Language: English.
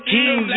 King